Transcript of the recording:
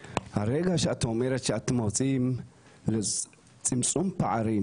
הרגע שאת אומרת שאתם יוצאים לצמצום פערים,